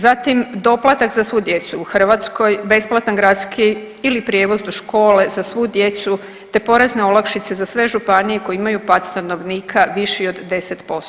Zatim doplatak za svu djecu u Hrvatskoj, besplatan gradski ili prijevoz do škole za svu djecu te porezne olakšice za sve županije koje imaju pad stanovnika viši od 10%